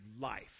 life